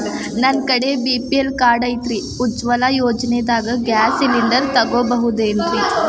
ನನ್ನ ಕಡೆ BPL card ಐತ್ರಿ, ಉಜ್ವಲಾ ಯೋಜನೆದಾಗ ಗ್ಯಾಸ್ ಸಿಲಿಂಡರ್ ತೊಗೋಬಹುದೇನ್ರಿ?